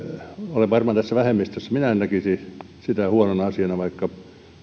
olen varmaan tässä vähemmistössä minä en näkisi sitä huonona asiana vaikka